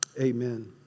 Amen